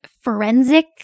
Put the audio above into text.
forensic